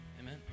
Amen